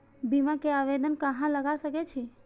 बीमा के आवेदन कहाँ लगा सके छी?